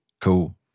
Cool